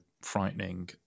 frightening